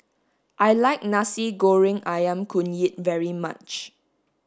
I like Nasi Goreng Ayam Kunyit very much